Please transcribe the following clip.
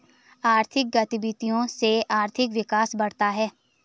आर्थिक गतविधियों से आर्थिक विकास बढ़ता है